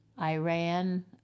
Iran